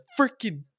freaking